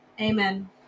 Amen